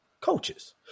coaches